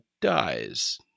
dies